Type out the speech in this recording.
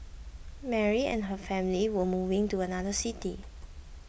Mary and her family were moving to another city